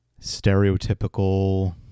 stereotypical